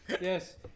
Yes